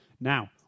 Now